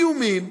איומים.